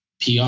PR